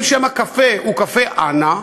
אם שם הקפה הוא קפה אנה,